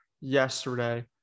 yesterday